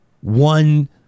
One